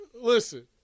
listen